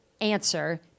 answer